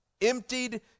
Emptied